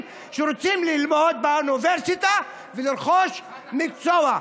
שרוצים ללמוד באוניברסיטה ולרכוש מקצוע.